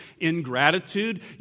ingratitude